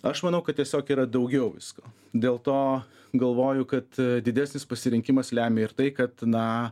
aš manau kad tiesiog yra daugiau visko dėl to galvoju kad didesnis pasirinkimas lemia ir tai kad na